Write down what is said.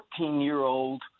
14-year-old